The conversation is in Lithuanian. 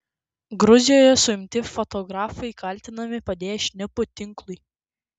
gruzijoje suimti fotografai kaltinami padėję šnipų tinklui